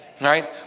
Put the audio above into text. Right